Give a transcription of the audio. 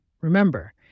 Remember